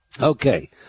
Okay